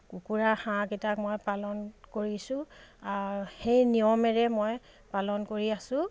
কুকুৰা হাঁহকেইটাক মই পালন কৰিছোঁ সেই নিয়মেৰে মই পালন কৰি আছো